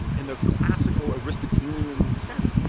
um in the classical aristotelian sense,